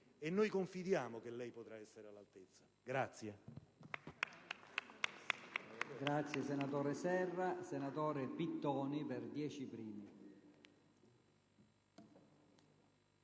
e noi confidiamo che lei potrà essere all'altezza.